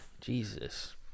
jesus